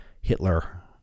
Hitler